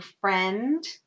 friend